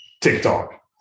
TikTok